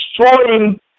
destroying